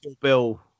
Bill